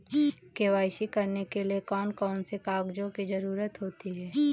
KYC करने के लिए कौन कौन से कागजों की जरूरत होती है?